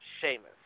Sheamus